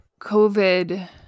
COVID